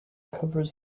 covers